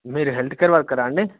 మీరు health care వర్కరా అండి